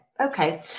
Okay